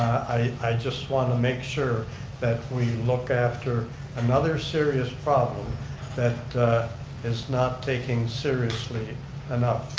i just want to make sure that we look after another serious problem that is not taken seriously enough.